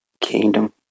Kingdom